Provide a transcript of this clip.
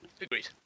agreed